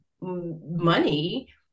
money